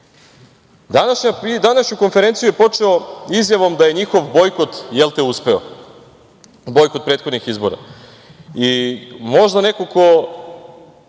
račune. Današnju konferenciju je počeo izjavom da je njihov bojkot uspeo, bojkot prethodnih izbora. Možda neko ko